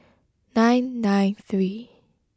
nine nine three